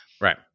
Right